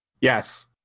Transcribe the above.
Yes